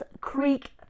Creek